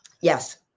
Yes